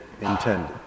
intended